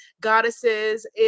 goddesses